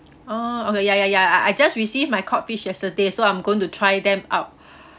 oh okay ya ya ya I just receive my codfish yesterday so I'm going to try them out